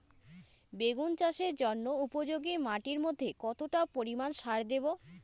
বেগুন চাষের জন্য উপযোগী মাটির মধ্যে কতটা পরিমান সার দেব?